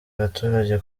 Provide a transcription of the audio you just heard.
abaturage